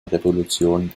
revolution